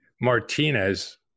Martinez